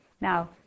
Now